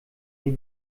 den